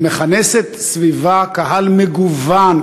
היא מכנסת סביבה קהל מגוון,